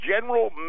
general